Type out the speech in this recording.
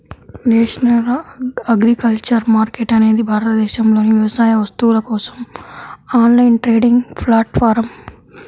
national agriculture market అనేది భారతదేశంలోని వ్యవసాయ వస్తువుల కోసం ఆన్లైన్ ట్రేడింగ్ ప్లాట్ఫారమ్